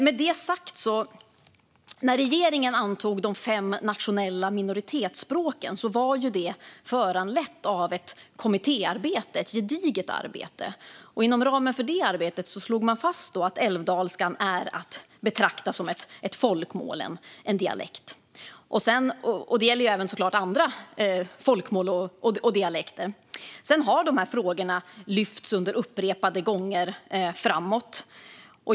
Med detta sagt: När regeringen antog de fem nationella minoritetsspråken var det föranlett av ett kommittéarbete - ett gediget arbete. Inom ramen för detta arbete slog man fast att älvdalskan är att betrakta som ett folkmål och en dialekt. Detta gäller såklart även andra folkmål och dialekter. Dessa frågor har lyfts upp upprepade gånger.